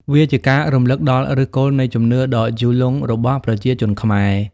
វាជាការរំឭកដល់ឫសគល់នៃជំនឿដ៏យូរលង់របស់ប្រជាជនខ្មែរ។